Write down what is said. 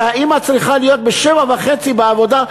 והאימא צריכה להיות ב-07:30 בעבודה,